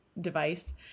device